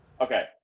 Okay